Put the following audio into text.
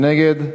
מי נגד?